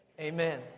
Amen